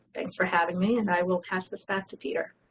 thanks for having me and i will pass this back to peter.